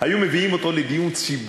אנא מכם, היו מביאים אותו לדיון ציבורי